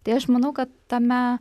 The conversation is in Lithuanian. tai aš manau kad tame